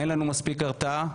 אין לנו מספיק הרתעה,